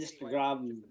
instagram